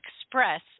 express